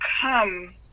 come